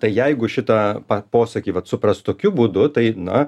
tai jeigu šitą pa posakį vat suprast tokiu būdu tai na